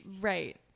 Right